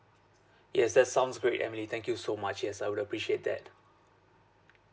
yes that sounds great emily thank you so much yes I would appreciate that